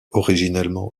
originellement